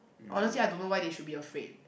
honestly I don't know why they should be afraid